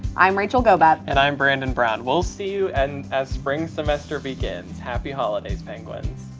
i'm rachel gobep. and i'm brandon brown. we'll see you and as spring semester begins. happy holidays, penguins.